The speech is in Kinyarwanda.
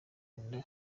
inda